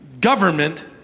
government